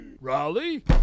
Raleigh